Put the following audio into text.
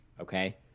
okay